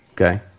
Okay